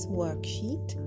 worksheet